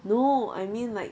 no I mean like